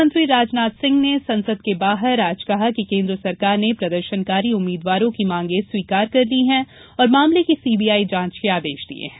गृहमंत्री राजनाथ सिंह ने संसद के बाहर कहा कि केन्द्र सरकार ने प्रदर्शनकारी उम्मीदवारों की मांगे स्वीकार कर ली हैं और मामले की सीबीआई जांच के आदेश दिये हैं